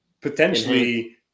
potentially